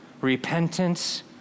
Repentance